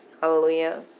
hallelujah